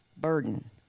burden